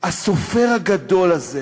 הסופר הגדול הזה